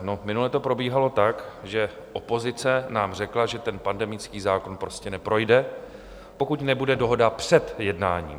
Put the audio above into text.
No, minule to probíhalo tak, že opozice nám řekla, že ten pandemický zákon prostě neprojde, pokud nebude dohoda před jednáním.